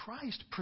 Christ